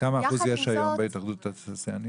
כמה אחוז יש היום בהתאחדות התעשיינים?